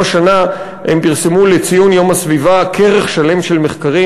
גם השנה הם פרסמו לציון יום הסביבה כרך שלם של מחקרים.